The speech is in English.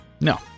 No